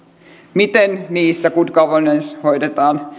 miten niissä good governance hoidetaan